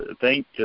Thank